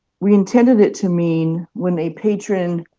we intended it to mean when a patron